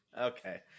Okay